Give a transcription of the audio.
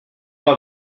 are